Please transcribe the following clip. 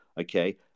Okay